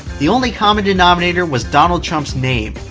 the only common denominator was donald trump's name.